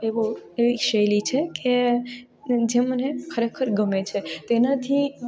એવો એવી શૈલી છે કે જે મને ખરેખર ગમે છે તેનાથી હું